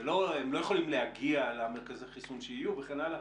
הם לא יכולים להגיע למרכזי החיסון שיהיו וכן הלאה.